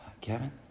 Kevin